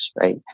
right